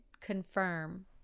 confirm